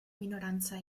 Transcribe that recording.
minoranza